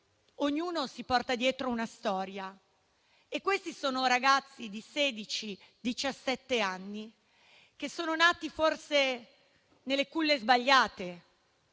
ognuno si porta dietro una storia e questi sono ragazzi di sedici e diciassette anni nati forse nelle culle sbagliate.